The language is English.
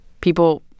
People